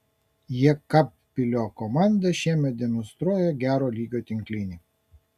jekabpilio komanda šiemet demonstruoja gero lygio tinklinį